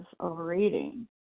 overeating